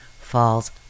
falls